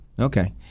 Okay